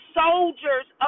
soldiers